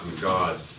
God